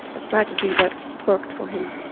a strategy that worked for him.